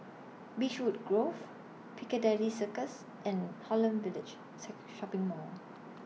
Beechwood Grove Piccadilly Circus and Holland Village Seek Shopping Mall